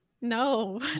no